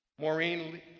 Maureen